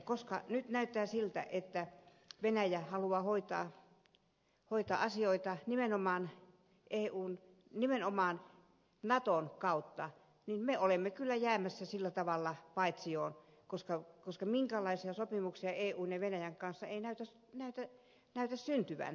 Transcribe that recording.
koska nyt näyttää siltä että venäjä haluaa hoitaa asioita nimenomaan naton kautta niin me olemme kyllä jäämässä sillä tavalla paitsioon koska minkäänlaisia sopimuksia eun ja venäjän kanssa ei näytä syntyvän